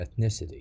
ethnicity